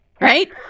Right